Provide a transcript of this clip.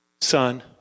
Son